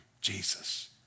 Jesus